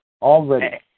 already